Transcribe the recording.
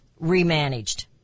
remanaged